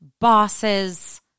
bosses